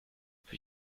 für